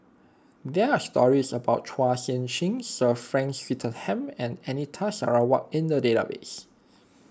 there are stories about Chua Sian Chin Sir Frank Swettenham and Anita Sarawak in the database